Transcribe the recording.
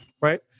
Right